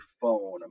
phone